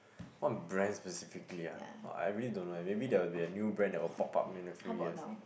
what brands specifically ah !wah! I really don't know eh maybe there will be a new brand that will pop up in a few years